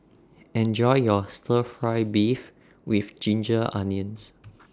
Enjoy your Stir Fry Beef with Ginger Onions